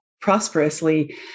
prosperously